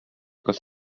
kas